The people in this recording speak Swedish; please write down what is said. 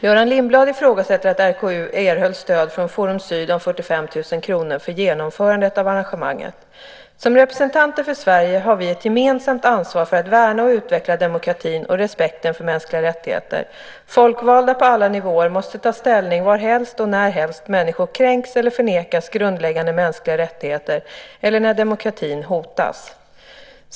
Göran Lindblad ifrågasätter att RKU erhöll stöd från Forum Syd om 45 000 kr för genomförande av arrangemanget. Som representanter för Sverige har vi ett gemensamt ansvar för att värna och utveckla demokratin och respekten för mänskliga rättigheter. Folkvalda på alla nivåer måste ta ställning varhelst och närhelst människor kränks eller förnekas grundläggande mänskliga rättigheter eller när demokratin hotas.